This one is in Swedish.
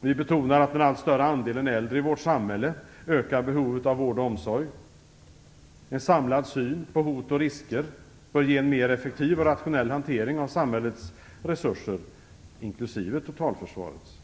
Vi betonar att den allt större andelen äldre i vårt samhälle ökar behovet av vård och omsorg. En samlad syn på hot och risker bör ge en mer effektiv och rationell hantering av samhällets resurser inklusive totalförsvarets.